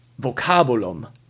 vocabulum